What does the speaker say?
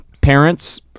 parents